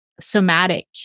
somatic